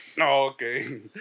Okay